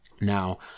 Now